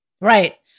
Right